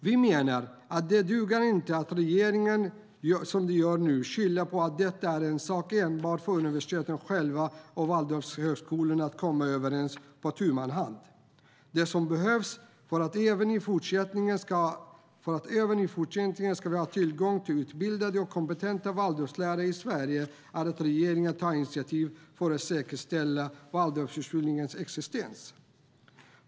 Vi menar att det inte duger att, som regeringen gör nu, skylla på att detta är en sak enbart för universiteten själva och Waldorflärarhögskolan att komma överens om på tu man hand. Det som behövs för att vi även i fortsättningen ska ha tillgång till utbildade och kompetenta Waldorflärare i Sverige är att regeringen tar initiativ för att säkerställa Waldorfhögskoleutbildningens existens.